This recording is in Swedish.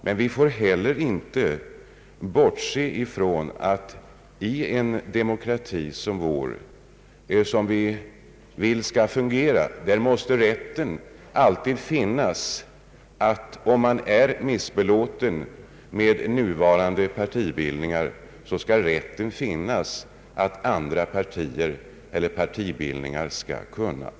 Men vi får heller inte bortse ifrån att i en demokrati som vår, som vi vill skall fungera, måste man om man är missbelåten med nuvarande partibildningar alltid ha rätt att bilda nya partier, eller partibildningar.